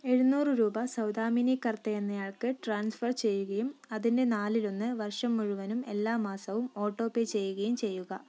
എഴുനൂറ് രൂപ സൗദാമിനി കർത്ത എന്നയാൾക്ക് ട്രാൻസ്ഫർ ചെയ്യുകയും അതിൻ്റെ നാലിലൊന്ന് വർഷം മുഴുവനും എല്ലാ മാസവും ഓട്ടോ പേ ചെയ്യുകയും ചെയ്യുക